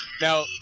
Now